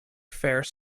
fare